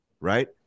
right